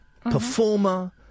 performer